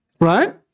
Right